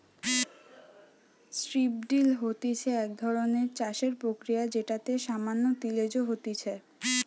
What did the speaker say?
strip drill হতিছে এক ধরণের চাষের প্রক্রিয়া যেটাতে সামান্য তিলেজ হতিছে